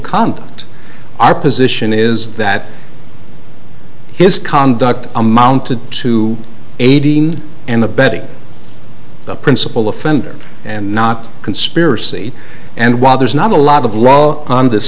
conduct our position is that his conduct amounted to eighteen and abetting the principle offender and not conspiracy and while there's not a lot of law on this